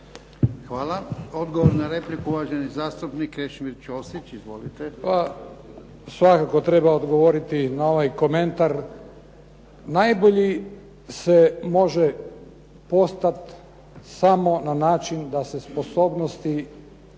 Hvala. Odgovor na repliku. Uvaženi zastupnik Krešimir Ćosić. Izvolite. **Ćosić, Krešimir (HDZ)** Pa svakako treba odgovoriti na ovaj komentar. Najbolji se može postat samo na način da se sposobnosti